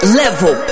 level